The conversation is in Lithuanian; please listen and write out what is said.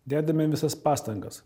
dedame visas pastangas